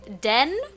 den